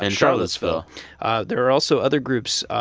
and charlottesville there are also other groups.